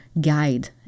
guide